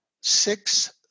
six